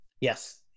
Yes